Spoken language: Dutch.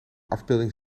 afbeelding